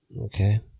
Okay